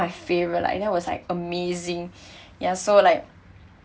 favourite lah and then was like amazing ya so like